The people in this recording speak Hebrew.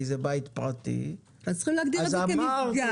כי זה בית פרטי -- צריכים להגדיר את זה כמפגע.